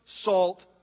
salt